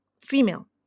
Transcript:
female